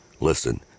listen